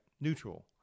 neutral